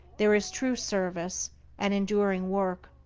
there is true service and enduring work.